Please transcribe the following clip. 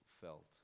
felt